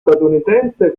statunitense